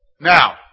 Now